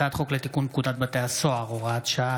הצעת חוק לתיקון פקודת בתי הסוהר (הוראות שעה),